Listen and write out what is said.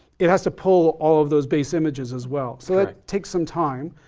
it has to pull all of those base images as well. so it takes some time.